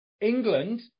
England